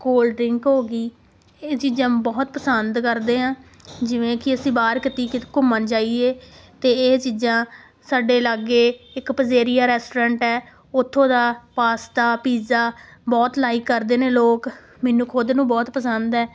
cold drink ਹੋ ਗਈ ਇਹ ਚੀਜ਼ਾਂ ਬਹੁਤ ਪਸੰਦ ਕਰਦੇ ਹਾਂ ਜਿਵੇਂ ਕਿ ਅਸੀਂ ਬਾਹਰ ਕਤੀਕ ਘੁੰਮਣ ਜਾਈਏ ਤਾਂ ਇਹ ਚੀਜ਼ਾਂ ਸਾਡੇ ਲਾਗੇ ਇੱਕ ਪਜ਼ੇਰੀਆ ਰੈਸਟੋਰੈਂਟ ਹੈ ਉੱਥੋਂ ਦਾ ਪਾਸਤਾ ਪੀਜ਼ਾ ਬਹੁਤ ਲਾਇਕ ਕਰਦੇ ਨੇ ਲੋਕ ਮੈਨੂੰ ਖੁਦ ਨੂੰ ਬਹੁਤ ਪਸੰਦ ਹੈ